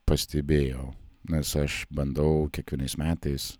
pastebėjau nes aš bandau kiekvienais metais